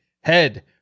Head